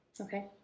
Okay